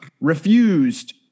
refused